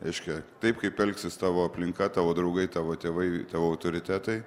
reiškia taip kaip elgsis tavo aplinka tavo draugai tavo tėvai tavo autoritetai